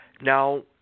now